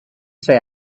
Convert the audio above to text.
say